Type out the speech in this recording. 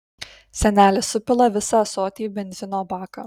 senelis supila visą ąsotį į benzino baką